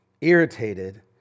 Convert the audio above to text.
irritated